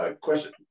question